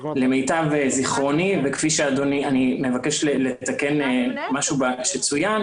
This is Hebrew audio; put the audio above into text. למיטב זכרוני, אני מבקש לתקן משהו שצוין.